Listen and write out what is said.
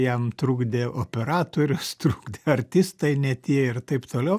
jam trukdė operatorius trukdė artistai ne tie ir taip toliau